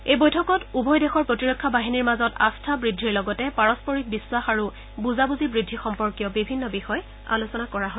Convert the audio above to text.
এই বৈঠকত উভয় দেশৰ প্ৰতিৰক্ষা বাহিনীৰ মাজত আস্থা বৃদ্ধিৰ লগতে পাৰস্পৰিক বিশ্বাস আৰু বুজাবুজি বৃদ্ধি সম্পৰ্কীয় বিভিন্ন বিষয় আলোচনা কৰা হয়